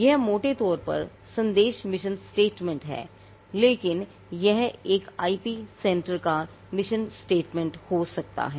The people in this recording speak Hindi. यह मोटे तौर पर संदेश मिशन स्टेटमेंट है लेकिन यह एक आईपी सेंटर का मिशन स्टेटमेंटहो सकता है